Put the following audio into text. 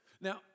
Now